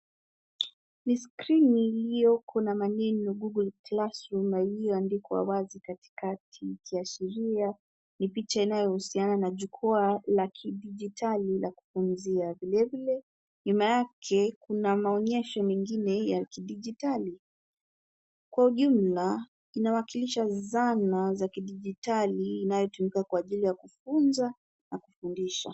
Ni skrini iliyoko na maneno Google Classroom iliyoandikwa wazi katikati ikiashiria, ni picha inayohusiana na jukwaa la kidijitali na kupumzia. Vile vile, nyuma yake kuna maonyesho mengine ya kidijitali. Kwa ujumla, inawakilisha zana za kidijitali, inayotumika kwa ajili ya kufunza, na kufundisha.